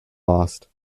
lost